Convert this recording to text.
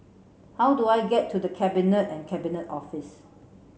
how do I get to The Cabinet and Cabinet Office